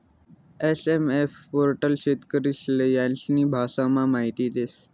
SMF portal शेतकरीस्ले त्यास्नी भाषामा माहिती देस